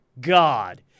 God